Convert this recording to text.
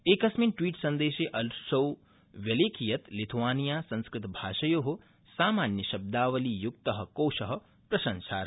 एकस्मिन् ट्वीट् सन्देशे असौ व्यलेखि यत् लिथुआनिया संस्कृत भाषयो सामान्यशब्दावली युक्त कोष प्रसंशाई